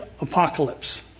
Apocalypse